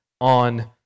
on